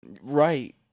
Right